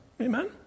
Amen